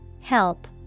Help